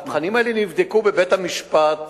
התכנים האלה נבדקו בבית-המשפט